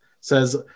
says